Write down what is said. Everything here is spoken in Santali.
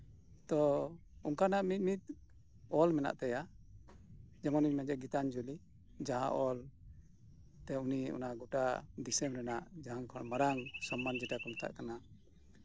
ᱛᱳ ᱚᱱᱠᱟᱱᱟᱜ ᱢᱤᱫ ᱢᱤᱫ ᱚᱞ ᱢᱮᱱᱟᱜ ᱛᱟᱭᱟ ᱡᱮᱢᱚᱱ ᱤᱧ ᱢᱮᱱᱮᱫ ᱜᱤᱛᱟᱧᱡᱚᱞᱤ ᱡᱟᱸᱦᱟ ᱤᱧ ᱢᱮᱱᱮᱫ ᱛᱮ ᱜᱳᱴᱟ ᱫᱤᱥᱚᱢ ᱨᱮᱱᱟᱜ ᱢᱟᱨᱟᱝ ᱥᱚᱱᱢᱟᱱ ᱡᱮᱴᱟ ᱠᱚ ᱢᱮᱛᱟᱜ ᱠᱟᱱᱟ